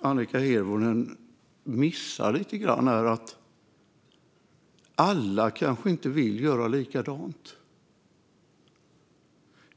Annika Hirvonen missar lite grann är att alla kanske inte vill göra likadant.